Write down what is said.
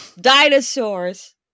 Dinosaurs